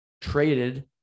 traded